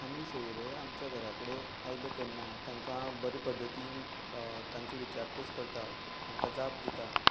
आमी सोयरे आमच्या घराकडे आयलें तेन्ना तांकां बरें पद्धतीन तांची विचारपूस करतात तांकां जाप दितात